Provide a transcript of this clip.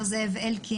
השר זאב אלקין,